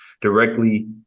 directly